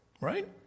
Right